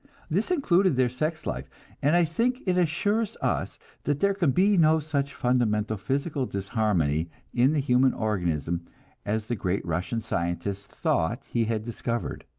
this included their sex life and i think it assures us that there can be no such fundamental physical disharmony in the human organism as the great russian scientist thought he had discovered.